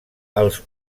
els